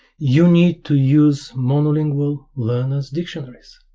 you need to use monolingual learners dictionaries